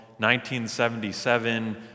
1977